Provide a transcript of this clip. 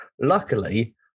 Luckily